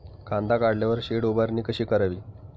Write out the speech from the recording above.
कांदा काढल्यावर शेड उभारणी कशी करावी?